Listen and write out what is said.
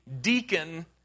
deacon